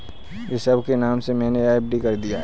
ऋषभ के नाम से मैने एफ.डी कर दिया है